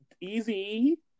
Easy